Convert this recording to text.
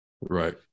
Right